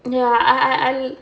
ya I I I